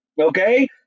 okay